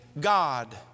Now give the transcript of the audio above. God